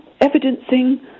evidencing